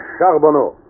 Charbonneau